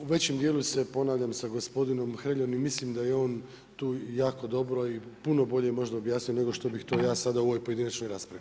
U većem dijelu se ponavljam sa gospodinom Hreljom i mislim da je on tu jako dobro i puno bolje možda objasnio nego što bih to ja sada u ovoj pojedinačnoj raspravi.